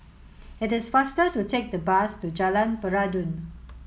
it is faster to take the bus to Jalan Peradun